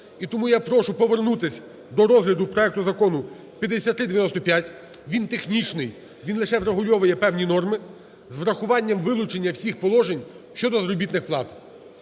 І тому я прошу повернутись до розгляду проекту закону 5395 (він технічний), він лише врегульовує певні норми з врахуванням вилучення всіх положень щодо заробітних плат.